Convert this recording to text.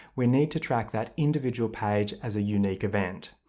we need to track that individual page as a unique event.